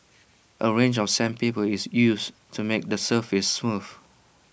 A range of sandpaper is used to make the surface smooth